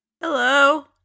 Hello